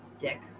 dick